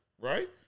right